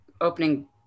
opening